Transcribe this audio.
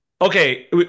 okay